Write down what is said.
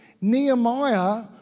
Nehemiah